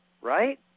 Right